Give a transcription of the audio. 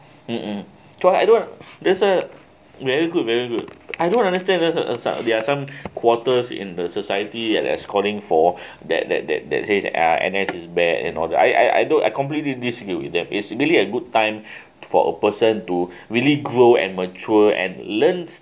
mmhmm so I don't that's why very good very good I don't understand there's there are some quarters in the society and as calling for that that that that says uh N_S is bad and all that I I I don't I completely disagree with them is really a good time for a person to really grow and mature and learn